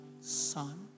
son